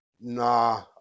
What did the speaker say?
nah